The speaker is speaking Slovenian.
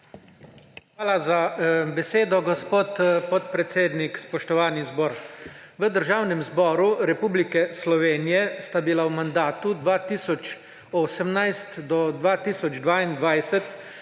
Hvala za besedo, gospod podpredsednik. Spoštovani zbor! V Državnem zboru Republike Slovenije sta bila v mandatu 2018–2022